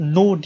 no